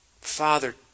Father